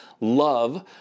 love